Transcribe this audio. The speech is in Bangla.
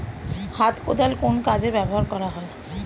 হাত কোদাল কোন কাজে ব্যবহার করা হয়?